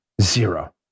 Zero